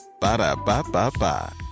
Ba-da-ba-ba-ba